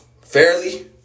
fairly